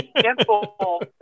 Simple